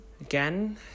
again